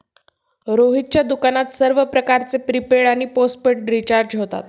रोहितच्या दुकानात सर्व प्रकारचे प्रीपेड आणि पोस्टपेड रिचार्ज होतात